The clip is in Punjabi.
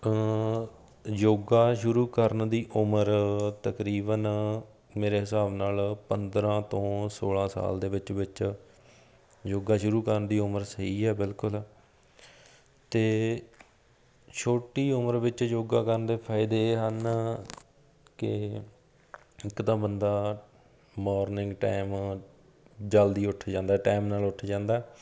ਯੋਗਾ ਸ਼ੁਰੂ ਕਰਨ ਦੀ ਉਮਰ ਤਕਰੀਬਨ ਮੇਰੇ ਹਿਸਾਬ ਨਾਲ ਪੰਦਰ੍ਹਾਂ ਤੋਂ ਸੌਲ੍ਹਾਂ ਸਾਲ ਦੇ ਵਿੱਚ ਵਿੱਚ ਯੋਗਾ ਸ਼ੁਰੂ ਕਰਨ ਦੀ ਉਮਰ ਸਹੀ ਹੈ ਬਿਲਕੁਲ ਅਤੇ ਛੋਟੀ ਉਮਰ ਵਿੱਚ ਯੋਗਾ ਕਰਨ ਦੇ ਫਾਇਦੇ ਇਹ ਹਨ ਕਿ ਇੱਕ ਦਾ ਬੰਦਾ ਮੋਰਨਿੰਗ ਟਾਈਮ ਜਲਦੀ ਉੱਠ ਜਾਂਦਾ ਟਾਈਮ ਨਾਲ ਉੱਠ ਜਾਂਦਾ